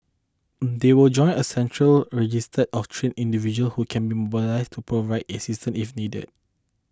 they will join a central registry of trained individual who can be mobilised to provide assistance if needed